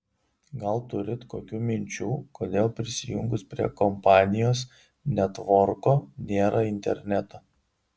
gal turit kokių minčių kodėl prisijungus prie kompanijos netvorko nėra interneto